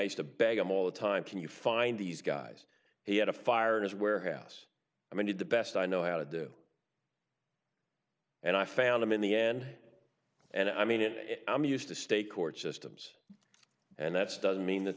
nice to bag him all the time can you find these guys he had a fire in his warehouse i mean did the best i know how to do and i found them in the end and i mean it and i'm used to state court systems and that's doesn't mean that